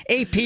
AP